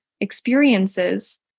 experiences